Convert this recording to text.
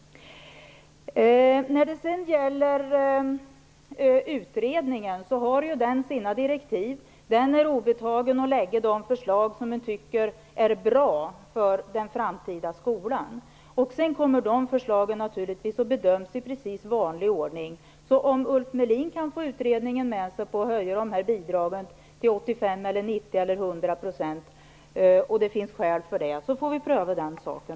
När det sedan gäller utredningen vill jag säga att den har sina direktiv. Den är fri att lägga fram de förslag som den tycker är bra för den framtida skolan. Sedan kommer naturligtvis de förslagen att bedömas i vanlig ordning. Om Ulf Melin kan få utredningen med sig på att höja bidragen till 85, 90 eller 100 % och om det finns skäl för det, får vi sedan pröva den saken.